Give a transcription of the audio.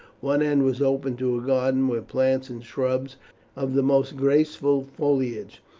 one end was open to a garden, where plants and shrubs of the most graceful foliage,